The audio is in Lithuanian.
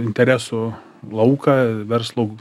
interesų lauką verslo